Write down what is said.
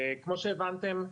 כמו שהבנתם,